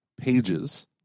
Pages